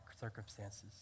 circumstances